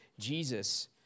Jesus